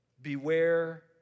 Beware